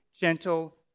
gentle